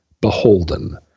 beholden